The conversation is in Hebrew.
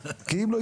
כי אם לא,